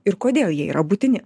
ir kodėl jie yra būtini